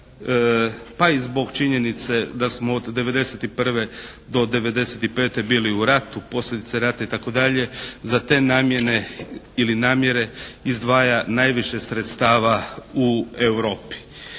pa i zbog činjenice da smo od '91. do '95. bili u ratu, posljedice rata itd. za te namjene ili namjere izdvaja najviše sredstava u Europi.